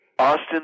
Austin